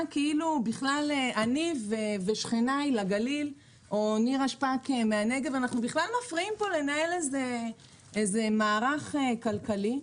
כאילו אני ושכניי לגליל ונירה שפק מהנגב מפריעים לנהל פה מערך כלכלי.